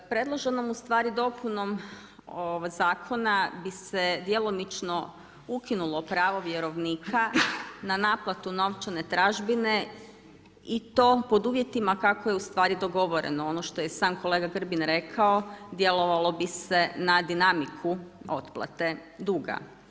Predloženom ustvari dopunom zakona bi se djelomično ukinulo pravo vjerovnika na naplatu novčane tražbine i to po uvjetima kako je dogovoreno ono što je sam kolega Grbin rekao, djelovalo bi se na dinamiku otplate duga.